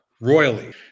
royally